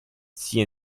sia